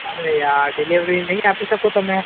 અરે યાર ડિલીવરી નહીં આપી શકો તમે